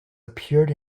appeared